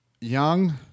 Young